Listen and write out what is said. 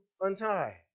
untie